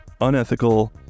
unethical